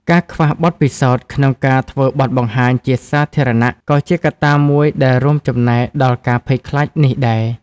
ការខ្វះបទពិសោធន៍ក្នុងការធ្វើបទបង្ហាញជាសាធារណៈក៏ជាកត្តាមួយដែលរួមចំណែកដល់ការភ័យខ្លាចនេះដែរ។